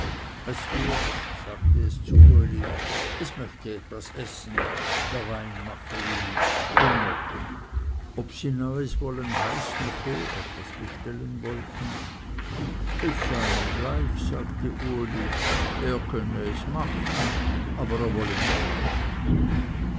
es düechs sagte es zu uli es möcht etwas essen der wein mache ihm hunger ob sie neuis wollen heißen cho es sei ihm gleich sagte uli er könnte es machen aber er wolle mithalten